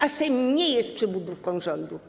A Sejm nie jest przybudówką rządu.